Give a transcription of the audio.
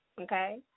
okay